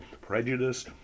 prejudice